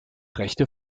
rechte